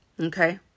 Okay